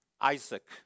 Isaac